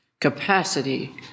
capacity